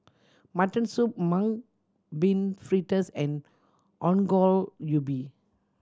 mutton soup Mung Bean Fritters and Ongol Ubi